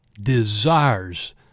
desires